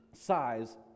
size